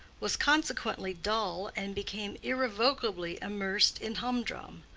was consequently dull, and became irrevocably immersed in humdrum.